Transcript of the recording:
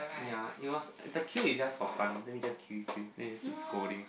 ya it was the queue is just for fun let me just queue queue queue then we just keep scolding